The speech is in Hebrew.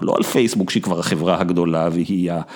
לא על פייסבוק שהיא כבר החברה הגדולה והיא ה...